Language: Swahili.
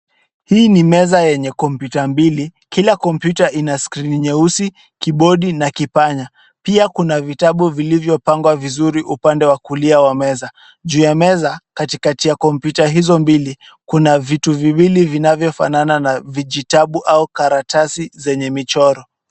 Hii ni meza yenye kompyuta mbili. Kila kompyuta ina skrini nyeusi, kibodi na kipanya. Pia, kuna vitabu vilivyopangwa vizuri upande wa kulia wa meza. Juu ya meza katikati ya kompyuta hizo mbili kuna vitu viwili vinavyofanana na vijitabu au karatasi zenye michoro.